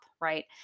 Right